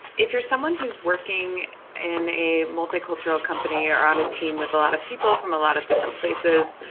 if you're someone who is working in a multi-cultural company, or on a team with a lot of people from a lot of different places,